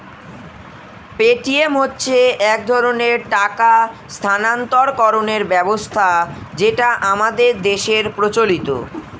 Paytm হচ্ছে এক ধরনের টাকা স্থানান্তরকরণের ব্যবস্থা যেটা আমাদের দেশের প্রচলিত